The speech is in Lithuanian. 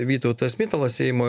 vytautas mitalas seimo